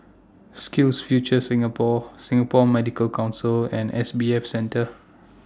SkillsFuture Singapore Singapore Medical Council and S B F Center